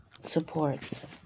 supports